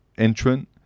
Entrant